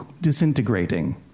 disintegrating